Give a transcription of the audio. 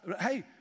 Hey